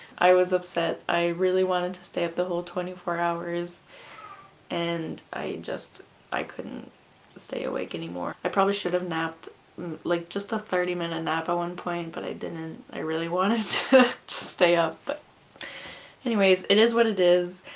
i was upset i really wanted to stay up the whole twenty four hours and i just i couldn't stay awake anymore, i probably should have napped like just a thirty minute and nap at one point but i didn't, and i really wanted to stay up, but anyways it is what it is,